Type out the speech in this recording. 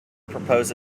propose